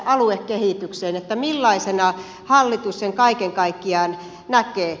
millaisena hallitus sen kaiken kaikkiaan näkee